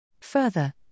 Further